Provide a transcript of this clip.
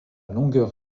longueur